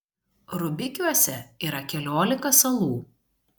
rubikiuose yra keliolika salų